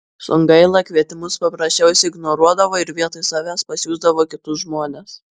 songaila kvietimus paprasčiausiai ignoruodavo ir vietoj savęs pasiųsdavo kitus žmones